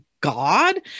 God